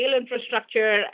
infrastructure